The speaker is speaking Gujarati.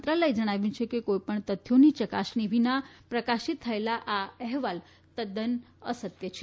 મંત્રાલયે જણાવ્યું છે કે કોઇપણ તથ્યોની યકાસણી વિના પ્રકાશિત થયેલા આ અહેવાલ તદ્દન અસત્ય છે